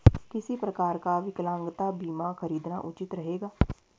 किस प्रकार का विकलांगता बीमा खरीदना उचित रहेगा?